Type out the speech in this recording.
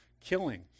killing